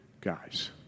guys